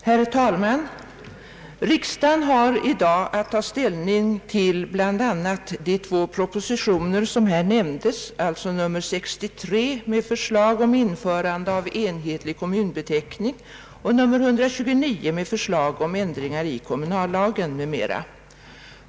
Herr talman! Riksdagen har i dag att ta ställning till bl.a. två propositioner, nr 63 med förslag om införande av enhetlig kommunbeteckning och nr 129 med förslag till ändringar i kommunallagen m.m.